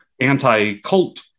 anti-cult